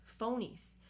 phonies